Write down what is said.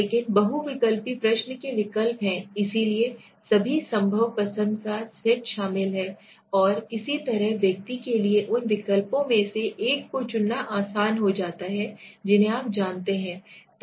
लेकिन बहुविकल्पी प्रश्न के विकल्प हैं इसलिए सभी संभव पसंद का सेट शामिल है और इसी तरह व्यक्ति के लिए उन विकल्पों में से एक को चुनना आसान हो जाता है जिन्हें आप जानते हैं